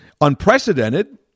unprecedented